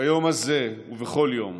ביום הזה ובכל יום